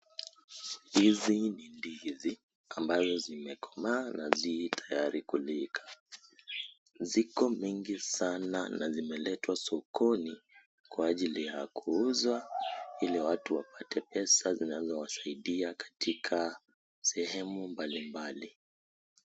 Hizi ni ndizi ambazo zimekomaa na zii tayari kuliwa ziko mingi sana na zimeletwa sokoni kwa ajili ya kuuzwa ili watu wapate pesa zinazowasaidia katika sehemu mbali mbali.